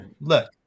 Look